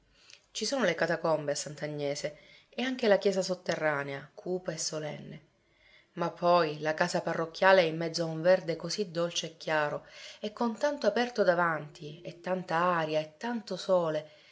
ci sono le catacombe a sant'agnese e anche la chiesa sotterranea cupa e solenne ma poi la casa parrocchiale è in mezzo a un verde così dolce e chiaro e con tanto aperto davanti e tanta aria e tanto sole